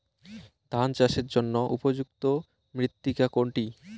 ধান চাষের জন্য উপযুক্ত মৃত্তিকা কোনটি?